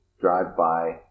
drive-by